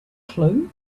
clue